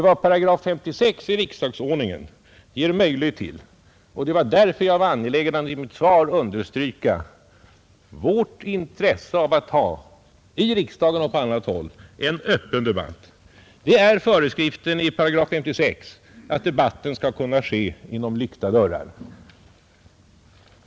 Vad § 56 i riksdagsordningen ger möjlighet till — och det var därför jag var angelägen om att i mitt svar understryka vårt intresse av att i riksdagen och på andra håll ha en öppen debatt är att debatten skall kunna ske inom lyckta dörrar.